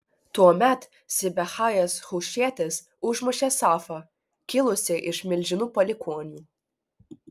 tuomet sibechajas hušietis užmušė safą kilusį iš milžinų palikuonių